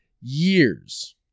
years